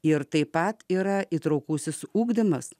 ir taip pat yra įtraukusis ugdymas